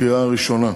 לקריאה ראשונה.